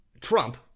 Trump